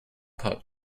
pup